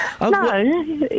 No